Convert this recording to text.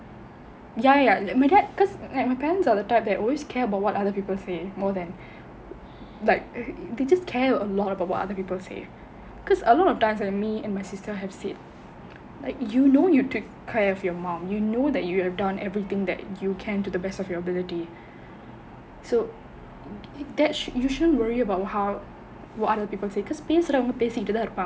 ya ya my dad because like my parents are the type that always care about what other people say more than like they just care a lot about what other people say because a lot of times with me and my sister have said like you know you take credit of your mouth you know that you have done everything that you can to the best of your ability so that you shouldn't worry about how what other people say because பேசுறவங்க பேசிட்டு தான் இருப்பாங்க:pesuravanga pesittu thaan irupaanga